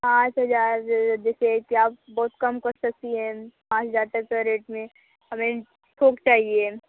पाँच हजार जैसे कि आप बहुत कम कर सकती है पाँच हजार तक का रेट में हमें थोक चाहिए